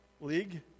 league